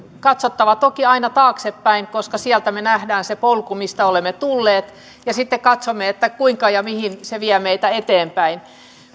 katsottava toki aina taaksepäin koska sieltä me näemme sen polun mistä olemme tulleet ja sitten katsomme kuinka ja mihin se vie meitä eteenpäin